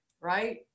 right